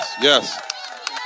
Yes